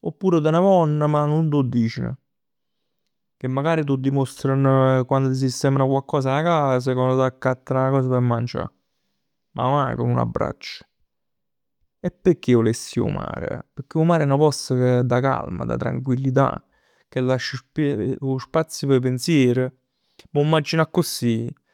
Oppure te ne vonn ma nun t' 'o diceno. Che magari t' 'o dimostrano quann t' sistemano coccos 'a cas. Quann t'accatt coccos p' mangià. Ma maje cu n'abbraccio. E pecchè vuless ji 'o mare? Pecchè 'o mare è nu post da calma, da tranquillità, che lascia sp- spazio p' 'e pensier m' 'o immagino accussì.